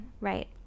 right